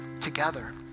together